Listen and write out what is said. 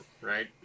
right